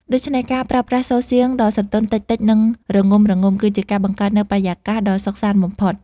ដូច្នេះការប្រើប្រាស់សូរសៀងដ៏ស្រទន់ តិចៗ និងរងំៗ គឺជាការបង្កើតនូវបរិយាកាសដ៏សុខសាន្តបំផុត